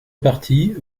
parties